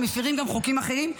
שהם מפירים גם חוקים אחרים,